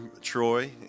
Troy